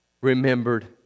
remembered